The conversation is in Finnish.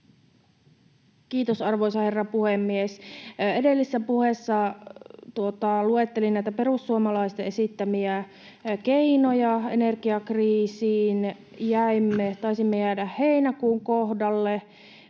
Kiitos, arvoisa herra puhemies! Edellisessä puheessa luettelin näitä perussuomalaisten esittämiä keinoja energiakriisiin. Taisimme jäädä heinäkuun kohdalle,